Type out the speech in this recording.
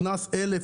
קנס של 1,000,